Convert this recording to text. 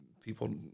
people